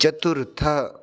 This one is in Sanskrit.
चतुर्थम्